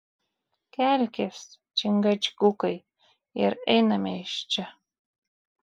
kelkis čingačgukai ir einame iš čia